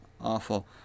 awful